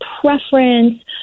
preference